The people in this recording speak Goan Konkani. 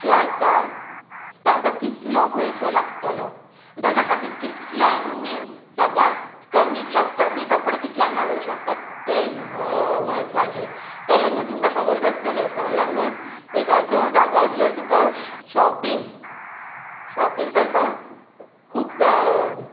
तांकां कितलो पयसो लागतलो ताचे खातीर कितले तुमी सगळ्यांत कमीचे कमी कपडे कितले हाडूंक शकतात तें म्हत्वाचें कलंगूट तुमकां खबरूच आसतलें कलंगूट एक असो जागो जंय तुका शॉपिंग शॉपिंग करपाक खूब